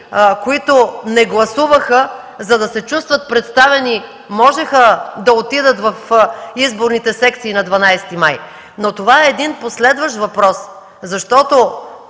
които не гласуваха, за да се чувстват представени, можеха да отидат в изборните секции на 12 май 2013 г.? Но това е един последващ въпрос, защото